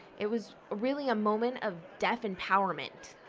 it was really a moment of deaf empowerment.